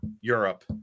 Europe